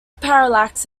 parallax